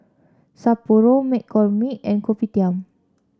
Sapporo McCormick and Kopitiam